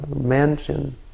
mansion